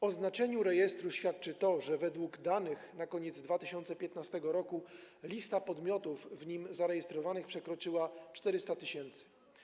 O znaczeniu rejestru świadczy to, że według danych na koniec 2015 r. lista podmiotów w nim zarejestrowanych przekroczyła 400 tys.